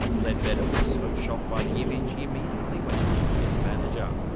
leadbetter was so shocked by the image, he immediately went to the ward manager.